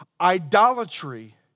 Idolatry